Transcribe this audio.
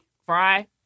Fry